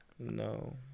No